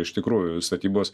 iš tikrųjų statybos